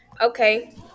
Okay